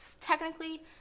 Technically